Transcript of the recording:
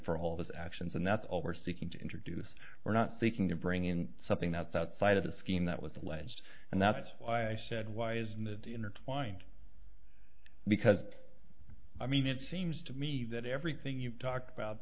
for all of his actions and that's all we're seeking to introduce we're not thinking of bringing something that's outside of the scheme that with the lens and that's why i said why isn't that intertwined because i mean it seems to me that everything you've talked about